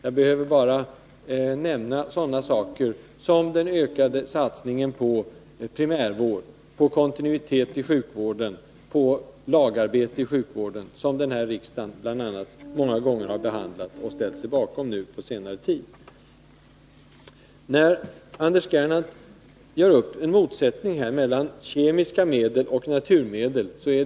Jag behöver bara nämna sådana saker som den ökade satsningen på primärvård, på kontinuitet i sjukvården, på lagarbete, förslag som riksdagen många gånger har behandlat och nu på senare tid ställt sig bakom. Anders Gernandt framställer det som om det finns en motsättning mellan kemiska medel och naturmedel.